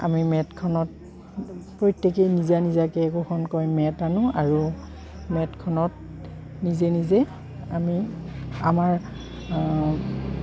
আমি মেটখনত প্ৰত্যেকেই নিজা নিজাকৈ একোখনকৈ মেট আনো আৰু মেটখনত নিজে নিজে আমি আমাৰ